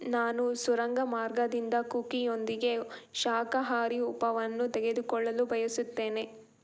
ನಾನು ಸುರಂಗಮಾರ್ಗದಿಂದ ಕುಕೀಯೊಂದಿಗೆ ಶಾಕಾಹಾರಿ ಉಪವನ್ನು ತೆಗೆದುಕೊಳ್ಳಲು ಬಯಸುತ್ತೇನೆ